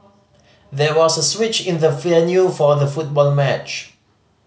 there was a switch in the venue for the football match